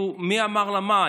אפילו מי אמר לה מה,